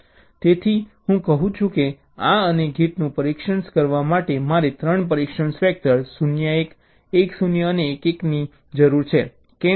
તેથી હું કહું છું કે આ અને ગેટનું પરીક્ષણ કરવા માટે મારે 3 પરીક્ષણ વેક્ટર 0 1 1 0 અને 1 1 ની જરૂર છે કેમ